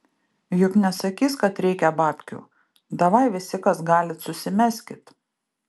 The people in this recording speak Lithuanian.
juk nesakys kad reikia babkių davai visi kas galit susimeskit